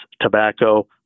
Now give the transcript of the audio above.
tobacco